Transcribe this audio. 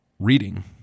reading